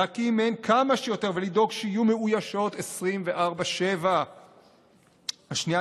להקים מהן כמה שיותר ולדאוג שיהיו מאוישות 24/7. השנייה